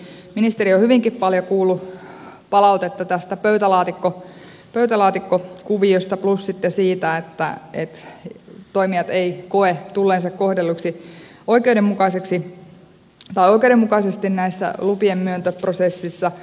ministeri on hyvinkin paljon kuullut palautetta tästä pöytälaatikkokuviosta plus sitten siitä että toimijat eivät koe tulleensa kohdelluiksi oikeudenmukaisesti näissä lupien myöntöprosessissa